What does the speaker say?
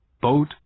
boat